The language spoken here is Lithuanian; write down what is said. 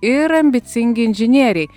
ir ambicingi inžinieriai